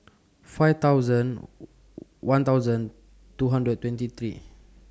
five thousand one thousand two hundred twenty three